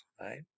right